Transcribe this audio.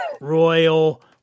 Royal